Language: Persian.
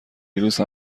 ویروس